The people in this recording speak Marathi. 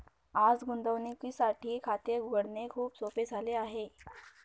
आज गुंतवणुकीसाठी खाते उघडणे खूप सोपे झाले आहे